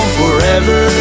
forever